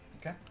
Okay